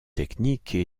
techniques